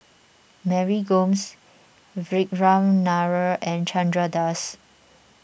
Mary Gomes Vikram Nair and Chandra Das